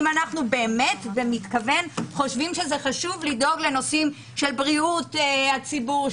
אם אנחנו באמת במתכוון חושבים שזה חשוב לדאוג לנושאים של בריאות הציבור,